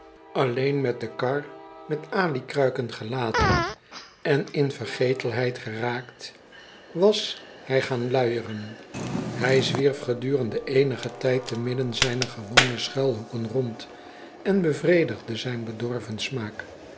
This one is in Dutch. alleen met de kar met alikruiken gelaten en in vergetelheid geraakt was hij gaan luieren hij zwierf gedurende eenigen tyd te midden zijner gewone schuithoeken rond en bevredigde zijn bedorven smaak